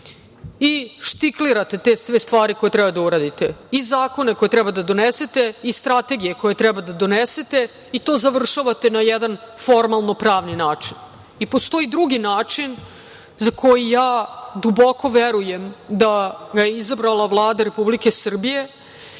i štiklirate te sve stvari koje treba da uradite i zakone koje treba da donesete, i strategije koje trebate da donesete i to završavate na jedan formalno-pravni način. Postoji drugi način za koji ja duboko verujem da ga je izabrala Vlada Republike Srbije